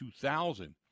2000